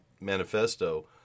manifesto